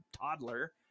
toddler